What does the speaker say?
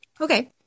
Okay